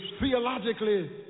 theologically